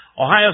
Ohio